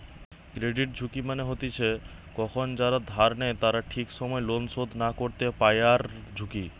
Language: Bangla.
ক্রেডিট ঝুঁকি মানে হতিছে কখন যারা ধার নেই তারা ঠিক সময় লোন শোধ না করতে পায়ারঝুঁকি